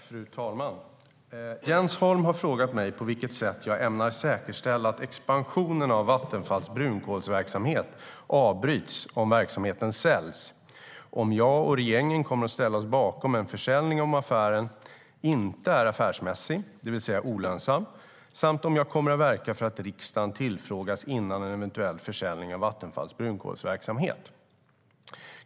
Fru talman! Jens Holm har frågat mig på vilket sätt jag ämnar säkerställa att expansionen av Vattenfalls brunkolsverksamhet avbryts om verksamheten säljs, om jag och regeringen kommer att ställa oss bakom en försäljning om affären inte är affärsmässig, det vill säga olönsam, samt om jag kommer att verka för att riksdagen tillfrågas före en eventuell försäljning av Vattenfalls brunkolsverksamhet.